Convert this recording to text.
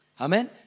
Amen